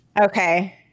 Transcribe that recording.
Okay